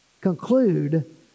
conclude